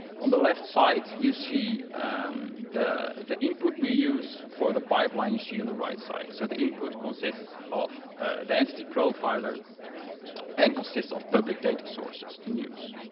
on the left side, you see the the input we used for the pipeline you see on and the right side. so the input consists of the entity profiler and consists of public data sources to news.